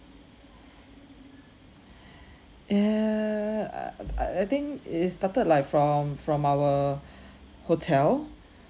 ya err I I think it started like from from our hotel